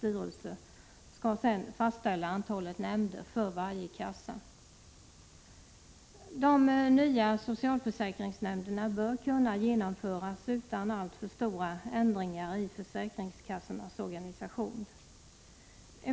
mannainflytande i försornas styrelse — fastställa antalet nämnder för varje kassa. a Fr Le i g ix . Säkringskassorna De nya socialförsäkringshämnderna bör kunna genomföras utan alltför m.m. stora ändringar i försäkringskassornas organisation.